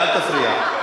אל תפריע.